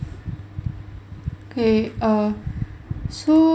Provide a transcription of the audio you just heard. K err so